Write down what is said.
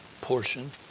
portion